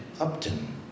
Upton